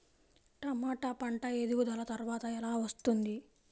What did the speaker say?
టమాట పంట ఎదుగుదల త్వరగా ఎలా వస్తుంది?